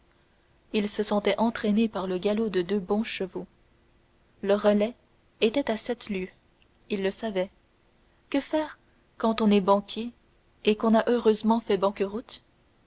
il se sentait entraîné par le galop de deux bons chevaux le relais était de sept lieues il le savait que faire quand on est banquier et qu'on a heureusement fait banqueroute